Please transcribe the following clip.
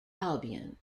albion